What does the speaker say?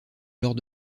lors